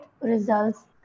results